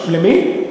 למי?